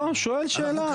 לא, אני שואל שאלה.